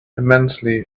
immensely